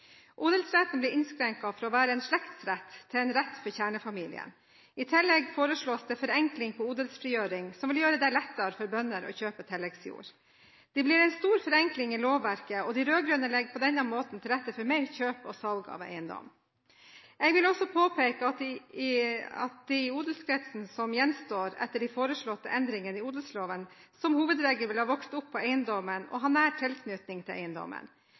Odelsretten blir innskrenket fra å være en slektsrett til en rett for kjernefamilien. I tillegg foreslås det forenkling for odelsfrigjøring, som vil gjøre det lettere for bønder å kjøpe tilleggsjord. Det blir en stor forenkling i lovverket, og de rød-grønne legger på denne måten til rette for mer kjøp og salg av eiendom. Jeg vil også påpeke at det i odelskretsen som gjenstår etter de foreslåtte endringene i odelsloven, som hovedregel vil ha vokst opp på eiendommen og ha en nær tilknytning til eiendommen.